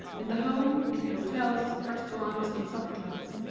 in the home, in hotels, restaurants and supper clubs,